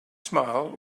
smile